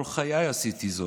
כל חיי עשיתי זאת,